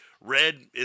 Red